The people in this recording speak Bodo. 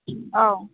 औ